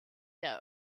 der